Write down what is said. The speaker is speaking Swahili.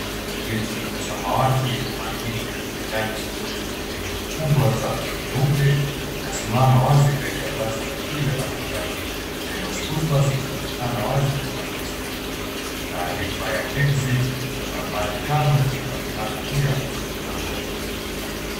Geti ya samawati yenye maandishi THE NYALI SCHOOL na herufi kubwa za nyeupe inasimama wazi mbele ya basi la shule la manjano. Neno SCHOOL BUS linaonekana wazi nyuma ya basi hilo. Taarifa ya EXIT na nambari tano zinaonekana pia mlangoni.